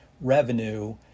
revenue